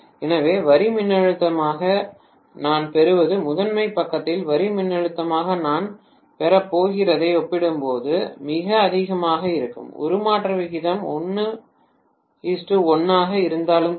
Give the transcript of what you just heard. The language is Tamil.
எனவே வரி மின்னழுத்தமாக நான் பெறுவது முதன்மை பக்கத்தில் வரி மின்னழுத்தமாக நான் பெறப்போகிறதை ஒப்பிடும்போது மிக அதிகமாக இருக்கும் உருமாற்ற விகிதம் 1 1 ஆக இருந்தாலும் சரி